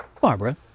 Barbara